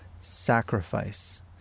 sacrifice